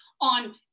on